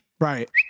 Right